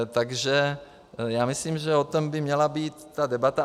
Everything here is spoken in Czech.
Takže já myslím, že o tom by měla být ta debata.